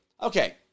Okay